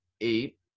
eight